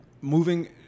moving